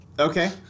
Okay